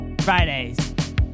Fridays